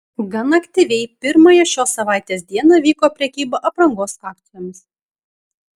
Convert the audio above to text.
gan aktyviai pirmąją šios savaitės dieną vyko prekyba aprangos akcijomis